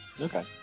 Okay